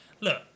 Look